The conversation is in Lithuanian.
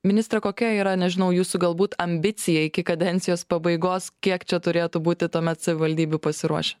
ministre kokia yra nežinau jūsų galbūt ambicija iki kadencijos pabaigos kiek čia turėtų būti tuomet savivaldybių pasiruošę